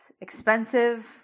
expensive